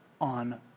on